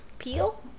Peel